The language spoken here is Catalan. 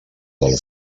del